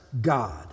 God